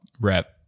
rep